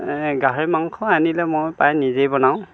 গাহৰি মাংস আনিলে মই প্ৰায় নিজে বনাওঁ